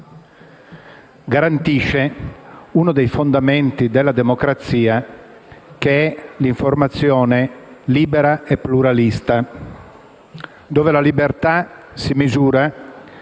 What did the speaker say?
garantisce uno dei fondamenti della democrazia che è l'informazione libera e pluralista, dove la libertà si misura